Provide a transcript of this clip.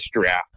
draft